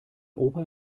opa